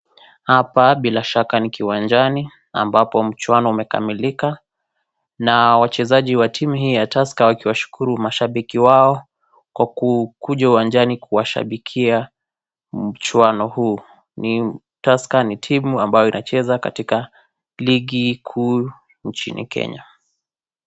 Hapa bila shaka ni kiwanjani ambapo mchuano umekamilika na wachezaji hii wa timu ya Tusker wakiwashukuru mashabiki wao Kwa kuja uwanjani kuwashabikia mchuano huu. Tusker ni timu ambao inacheza katika ligi kuu nchini Kenya.